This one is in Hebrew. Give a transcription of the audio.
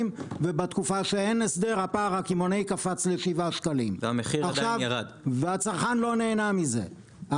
ובתקופה שאין הסדר הפער הקמעונאי קפץ לשבעה שקלים והצרכן לא נהנה מזה.